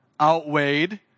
outweighed